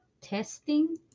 testing